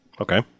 Okay